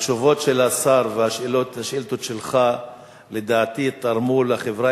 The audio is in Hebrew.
התשובות של השר והשאילתות שלך לדעתי תרמו לחברה